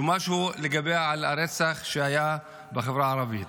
משהו לגבי הרצח שהיה בחברה הערבית.